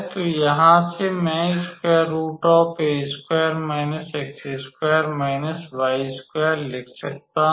तो यहाँ से मैं लिख सकता हूँ